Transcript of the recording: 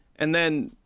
and then